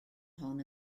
hon